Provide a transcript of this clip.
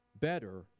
better